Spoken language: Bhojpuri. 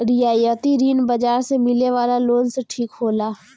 रियायती ऋण बाजार से मिले वाला लोन से ठीक होला